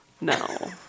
No